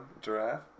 giraffe